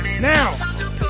Now